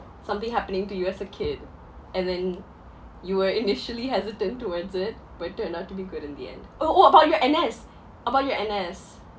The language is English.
something happening to you as a kid and then you were initially hesitant towards it but it turned out to be good in the end oh oh about your N_S about your N_S